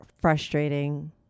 frustrating